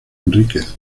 enríquez